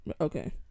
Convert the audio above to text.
Okay